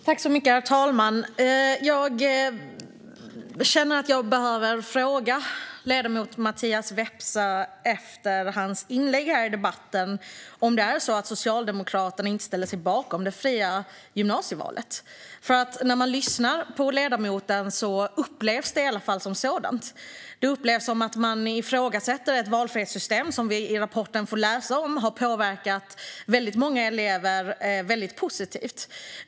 Herr talman! Jag känner att jag behöver fråga ledamoten Mattias Vepsä efter hans inlägg i debatten om det är så att Socialdemokraterna inte ställer sig bakom det fria gymnasievalet. När man lyssnar på ledamoten upplevs det i varje fall som så. Det upplevs som att Socialdemokraterna ifrågasätter ett valfrihetssystem som vi i rapporten får läsa om har påverkat väldigt många elever väldigt positivt.